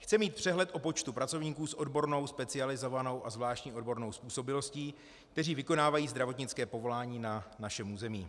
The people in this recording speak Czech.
Chce mít přehled o počtu pracovníků s odbornou, specializovanou a zvláštní odbornou způsobilostí, kteří vykonávají zdravotnické povolání na našem území.